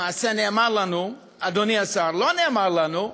למעשה נאמר לנו, אדוני השר, לא נאמר לנו,